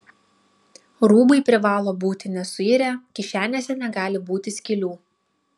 rūbai privalo būti nesuirę kišenėse negali būti skylių